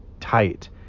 tight